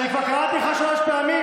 מפלגה של הסתה.